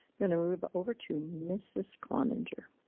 you wanna move over to mrs cloninger.